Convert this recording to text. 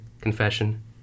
confession